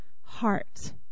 heart